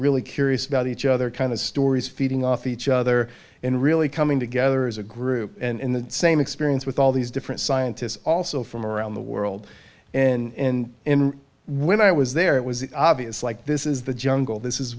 really curious about each other kind of stories feeding off each other and really coming together as a group and in the same experience with all these different scientists also from around the world and when i was there it was obvious like this is the jungle this is